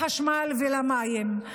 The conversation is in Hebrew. לחשמל ולמים.